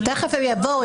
תכף הם יבואו.